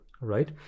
right